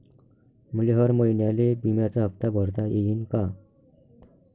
मले हर महिन्याले बिम्याचा हप्ता भरता येईन का?